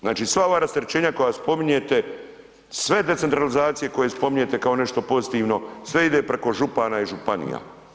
Znači sva ova rasterećenja koja spominjete, sve decentralizacije koje spominjete kao nešto pozitivno sve ide preko župana i županija.